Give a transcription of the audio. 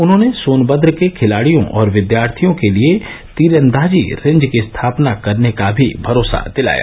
उन्हॉने सोनभद्र के खिलाडियों और विद्यार्थियों के लिए तीरंदाजी रेंज की स्थापना करने का भी भरोसा दिलाया